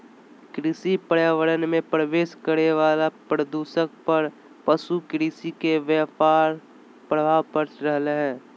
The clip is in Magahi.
कृषि पर्यावरण मे प्रवेश करे वला प्रदूषक पर पशु कृषि के व्यापक प्रभाव पड़ रहल हई